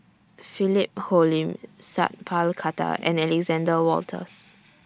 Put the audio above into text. Philip Hoalim Sat Pal Khattar and Alexander Wolters